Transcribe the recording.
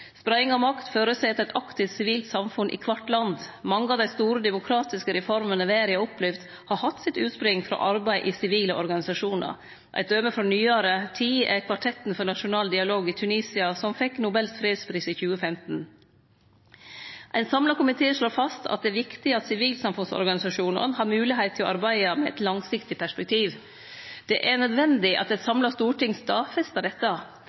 Spreiing av makt føreset eit aktivt sivilt samfunn i kvart land. Mange av dei store demokratiske reformene verda har opplevd, har hatt sitt utspring i arbeid i sivile organisasjonar. Eit døme frå nyare tid er Kvartetten for nasjonal dialog i Tunisia, som fekk Nobels fredspris i 2015. Ein samla komité slår fast at det er viktig at sivilsamfunnsorganisasjonane har moglegheit til å arbeide med eit langsiktig perspektiv. Det er nødvendig at eit samla storting stadfestar dette.